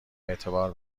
اعتبار